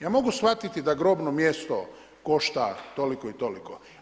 Ja mogu shvatiti da grobno mjesto košta toliko i toliko.